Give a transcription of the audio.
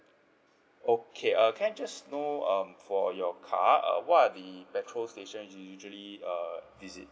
okay err can I just know um for your car uh what are the petrol station you usually err visit